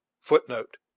footnote